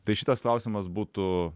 tai šitas klausimas būtų